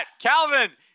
Calvin